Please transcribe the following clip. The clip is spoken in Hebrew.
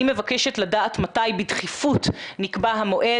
אני מבקשת לדעת מתי בדחיפות נקבע המועד,